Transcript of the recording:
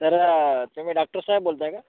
sir तुम्ही doctor साहेब बोलत आहे का